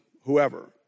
whoever